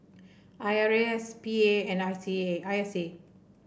I R A S P A and I C A I S A